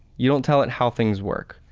you don't tell it how things work.